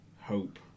Hope